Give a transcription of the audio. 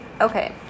Okay